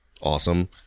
awesome